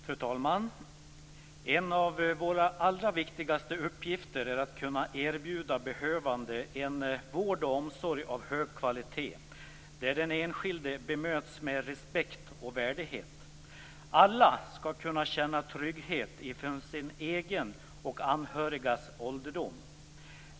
Fru talman! En av våra allra viktigaste uppgifter är att kunna erbjuda behövande en vård och omsorg av hög kvalitet där den enskilde bemöts med respekt och värdighet. Alla skall kunna känna trygghet inför sin egen och anhörigas ålderdom.